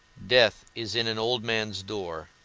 death is in an old man's door,